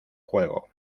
juego